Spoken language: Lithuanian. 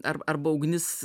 ar arba ugnis